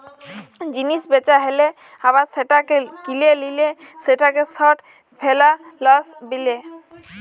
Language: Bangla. জিলিস বেচা হ্যালে আবার সেটাকে কিলে লিলে সেটাকে শর্ট ফেলালস বিলে